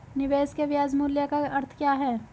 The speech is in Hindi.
निवेश के ब्याज मूल्य का अर्थ क्या है?